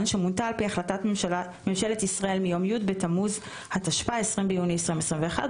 שמונתה על פי החלטת ממשלת ישראל מיום י' בתמוז התשפ"א (20 ביוני 2021),